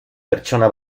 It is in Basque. pertsona